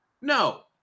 no